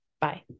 Bye